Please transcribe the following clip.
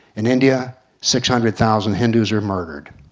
in india six hundred thousand hindus are murdered.